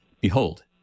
Behold